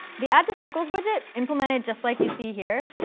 the add to circles widget, implemented just like you see here,